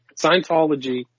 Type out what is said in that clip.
Scientology